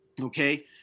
okay